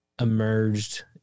emerged